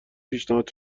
پیشنهاد